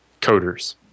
coders